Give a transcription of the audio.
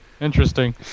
interesting